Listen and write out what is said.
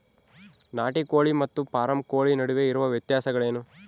ನಾಟಿ ಕೋಳಿ ಮತ್ತು ಫಾರಂ ಕೋಳಿ ನಡುವೆ ಇರುವ ವ್ಯತ್ಯಾಸಗಳೇನು?